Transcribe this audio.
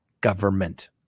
government